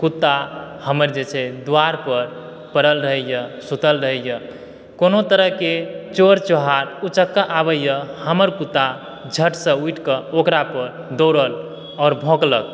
कुत्ता हमर जे छै द्वारपर पड़ल रहैए सुतल रहैए कोनो तरहके चोर चोहार उचक्का आबैए हमर कुत्ता झटसऽ उठिकऽ ओकरापर दौड़ल आओर भौङ्कलक